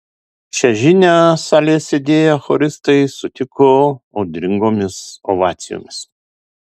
šią žinią salėje sėdėję choristai sutiko audringomis ovacijomis